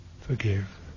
forgive